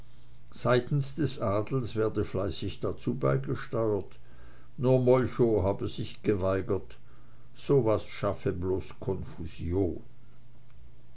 seitens des adels werde fleißig dazu beigesteuert nur molchow habe sich geweigert so was schaffe bloß konfusion